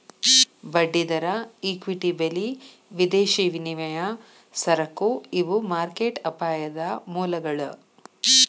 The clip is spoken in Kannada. ಬಡ್ಡಿದರ ಇಕ್ವಿಟಿ ಬೆಲಿ ವಿದೇಶಿ ವಿನಿಮಯ ಸರಕು ಇವು ಮಾರ್ಕೆಟ್ ಅಪಾಯದ ಮೂಲಗಳ